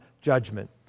judgment